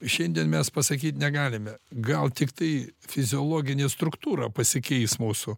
šiandien mes pasakyt negalime gal tiktai fiziologinė struktūra pasikeis mūsų